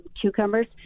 cucumbers